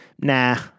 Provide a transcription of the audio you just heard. nah